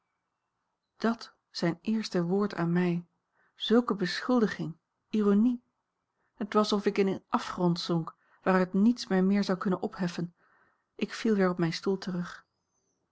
dàt zijn eerste woord aan mij zulke beschuldiging ironie het was of ik in een afgrond zonk waaruit niets mij meer zou kunnen opheffen ik viel weer op mijn stoel terug